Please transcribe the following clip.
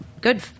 Good